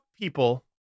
people